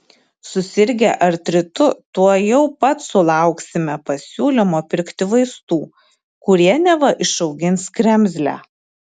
susirgę artritu tuojau pat sulauksime pasiūlymo pirkti vaistų kurie neva išaugins kremzlę